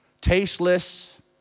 tasteless